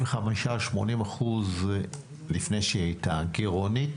75%-80% לפני שהיא הייתה גירעונית.